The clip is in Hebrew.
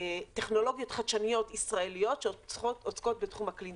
טכנולוגיות חדשניות ישראליות שעוסקות בתחום הקלינטק,